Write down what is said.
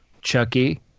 Chucky